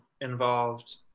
involved